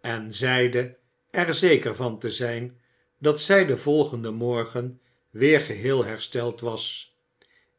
en zeide er zeker van te zijn dat zij den volgenden morgen weer geheel hersteld was